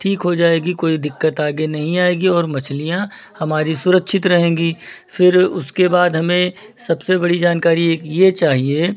ठीक हो जाएगी कोई दिक्कत आगे नहीं आएगी और मछलियाँ हमारी सुरक्षित रहेंगी फिर उसके बाद हमें सबसे बड़ी जानकारी एक ये चाहिए